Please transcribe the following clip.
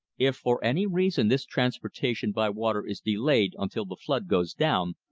if for any reason this transportation by water is delayed until the flood goes down,